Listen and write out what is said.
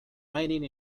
mining